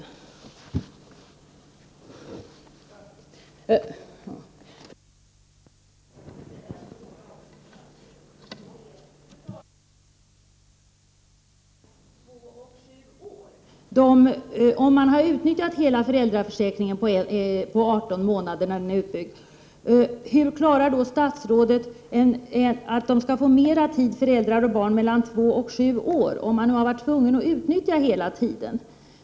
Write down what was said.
Jag skulle vilja ställa några frågor också: Om man varit tvungen att utnyttja hela föräldraförsäkringen — 18 månader när den är utbyggd —, hur klarar statsrådet att ge barnen mellan två och sju år mer tid med sina föräldrar?